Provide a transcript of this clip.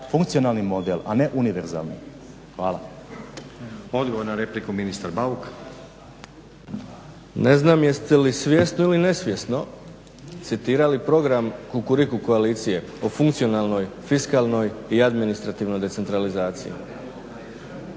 funkcionalni model, a ne univerzalni. Hvala. **Stazić, Nenad (SDP)** Odgovor na repliku, ministar Bauk. **Bauk, Arsen (SDP)** Ne znam jeste li svjesno ili nesvjesno citirali program Kukuriku koalicije o funkcionalnoj, fiskalnoj i administrativnoj decentralizaciji.